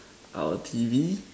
our T_V